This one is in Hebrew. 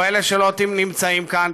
או אלה שלא נמצאים כאן.